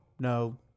No